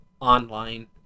online